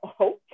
Okay